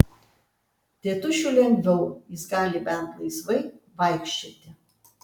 tėtušiui lengviau jis gali bent laisvai vaikščioti